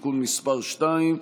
(תיקון מס' 2),